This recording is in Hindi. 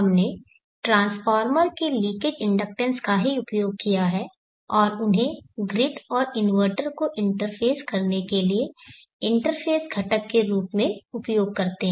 हमने ट्रांसफॉर्मर के लीकेज इंडक्टेंस का ही उपयोग किया है और उन्हें ग्रिड और इन्वर्टर को इंटरफेस करने के लिए इंटरफेस घटक के रूप में उपयोग करते हैं